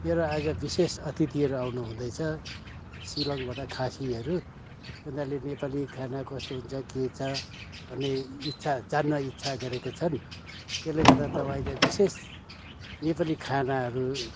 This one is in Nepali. मेरो आज विशेष अतिथिहरू आउनु हुँदैछ सिलङबाट खासीहरू उनीहरूले नेपाली खाना कस्तो हुन्छ के छ भन्ने इच्छा जान्ने इच्छा गरेका छन् त्यसले गर्दा तपाईँले विशेष नेपाली खानाहरू